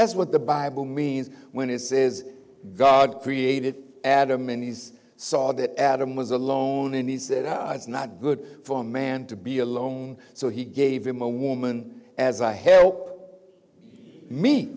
that's what the bible means when it says god created adam and his saw that adam was alone and he said i was not good for man to be alone so he gave him a woman as i help me